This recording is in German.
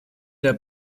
der